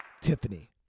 Tiffany